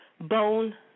Bone